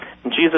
Jesus